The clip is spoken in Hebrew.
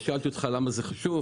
אני שאלתי אותך למה זה חשוב,